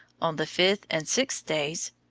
on the fifth and sixth days,